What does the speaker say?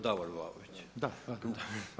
Davor Vlaović.